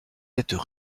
têtes